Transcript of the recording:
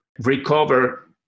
recover